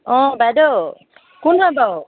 অঁ বাইদেউ কোন হয় বাৰু